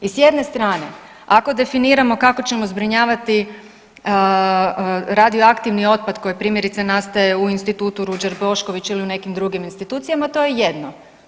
I s jedne strane ako definiramo kako ćemo zbrinjavati radioaktivni otpad koji primjerice nastaje u Institutu Ruđer Bošković ili u nekim institucijama to je jedno.